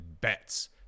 bets